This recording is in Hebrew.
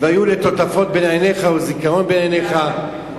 והיו לטוטפות בין עיניך ולזיכרון בין עיניך,